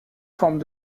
formes